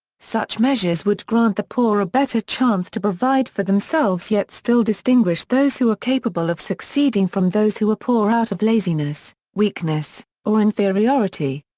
such measures would grant the poor a better chance to provide for themselves yet still distinguish those who are capable of succeeding from those who are poor out of laziness, weakness, or inferiority.